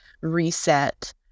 reset